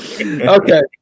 Okay